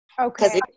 Okay